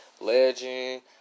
Legend